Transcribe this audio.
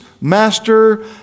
Master